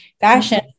fashion